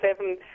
seven